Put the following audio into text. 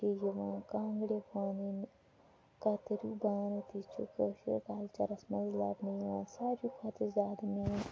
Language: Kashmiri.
تہِ چھِ یِوان کانٛگڑِ وونٕنۍ کَترِیٛو بانہٕ تہِ چھِ کٲشِر کَلچَرَس منٛز لَبنہٕ یِوان ساروٕے کھۄتہٕ زیادٕ مین